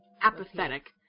apathetic